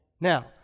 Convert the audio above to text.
Now